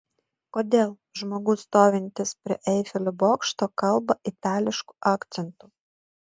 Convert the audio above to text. kodėl žmogus stovintis prie eifelio bokšto kalba itališku akcentu